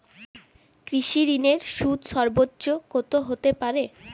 কৃষিঋণের সুদ সর্বোচ্চ কত হতে পারে?